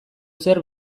zer